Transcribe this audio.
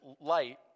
light